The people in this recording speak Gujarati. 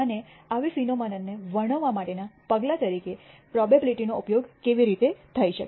અને આવી ફિનોમનનને વર્ણવવા માટેના પગલા તરીકે પ્રોબેબીલીટી નો ઉપયોગ કેવી રીતે થઈ શકે